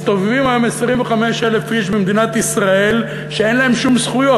מסתובבים היום 25,000 איש במדינת ישראל שאין להם שום זכויות,